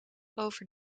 over